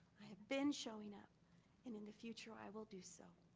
i've been showing up. and in the future i will do so.